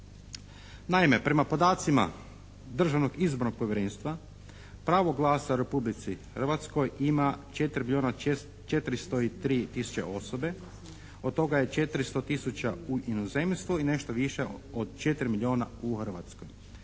Naime, prema podacima Državnog izbornog povjerenstva pravo glasa u Republici Hrvatskoj ima 4 milijuna 403 tisuće osobe, od toga je 400 tisuća u inozemstvu i nešto više od 4 milijona u Hrvatskoj.